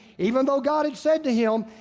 even though god had said to him,